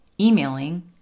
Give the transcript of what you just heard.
emailing